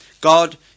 God